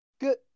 good